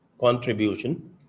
contribution